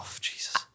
Jesus